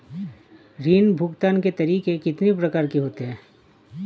ऋण भुगतान के तरीके कितनी प्रकार के होते हैं?